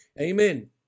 Amen